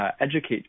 educate